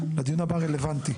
הדיון הבא רלוונטי.